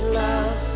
love